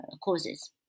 causes